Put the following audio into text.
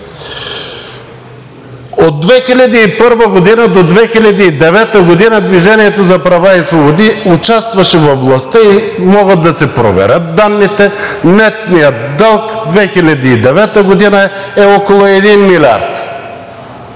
От 2001 г. до 2009 г. „Движение за права и свободи“ участваше във властта и могат да се проверят данните, нетният дълг 2009 г. е около 1 милиард.